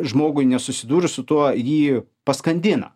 žmogui nesusidūrus su tuo jį paskandina